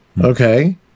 Okay